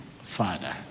Father